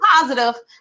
positive